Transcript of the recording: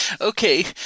Okay